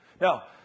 Now